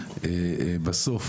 בסוף